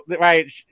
right